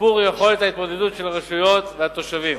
שיפור יכולות ההתמודדות של הרשויות והתושבים.